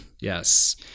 Yes